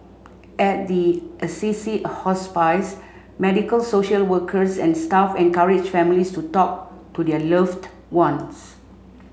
at the Assisi Hospice medical social workers and staff encourage families to talk to their loved ones